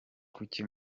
kuki